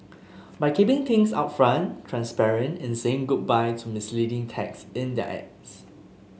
by keeping things upfront transparent and saying goodbye to misleading text in their ads